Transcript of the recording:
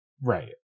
right